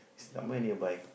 it's somewhere nearby